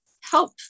help